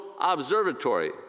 observatory